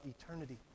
eternity